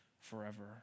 forever